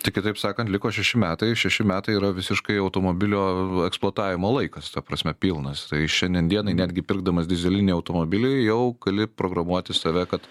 tik kitaip sakant liko šeši metai šeši metai yra visiškai automobilio eksploatavimo laikas ta prasme pilnas tai šiandien dienai netgi pirkdamas dyzelinį automobilį jau gali programuoti save kad